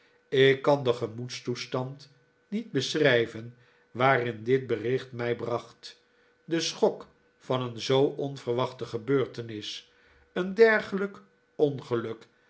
ik kan den gemoedstoestand niet beschrijven waarin dit bericht mij bracht de schok van een zoo onverwachte gebeurtenis een dergelijk ongeluk